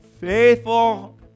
faithful